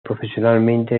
profesionalmente